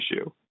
issue